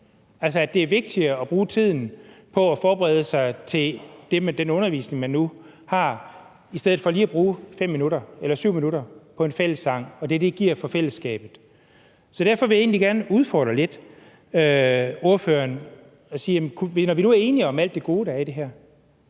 det er vigtigere at bruge tiden til at forberede sig til den undervisning, man nu har, i stedet for lige at bruge 5 eller 7 minutter på en fællessang og det, det gør for fællesskabet. Derfor vil jeg egentlig godt udfordre ordføreren lidt og spørge: Når nu vi er enige om alt det gode, der er i det her,